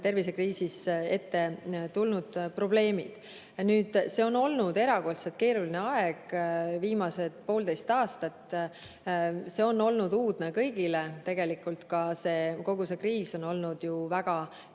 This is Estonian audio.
tervisekriisis ette tulnud probleemid. Nüüd, see on olnud erakordselt keeruline aeg. Viimased poolteist aastat on olnud uudne kõigile. Ja tegelikult kogu see kriis on olnud ju väga